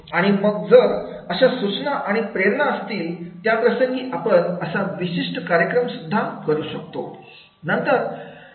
आणि मग जर अशा सूचना आणि प्रेरणा असतील त्याप्रसंगी आपण असा विशिष्ट कार्यक्रम करू शकतो